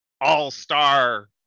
all-star